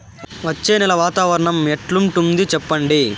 వచ్చే నెల వాతావరణం ఎట్లుంటుంది చెప్పండి?